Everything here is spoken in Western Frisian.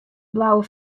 blauwe